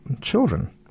children